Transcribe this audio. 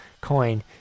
coin